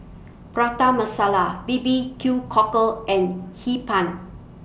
Prata Masala B B Q Cockle and Hee Pan